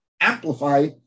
amplify